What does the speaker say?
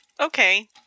Okay